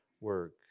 work